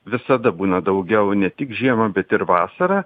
visada būna daugiau ne tik žiemą bet ir vasarą